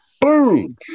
boom